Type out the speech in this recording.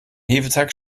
hefeteig